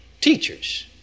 teachers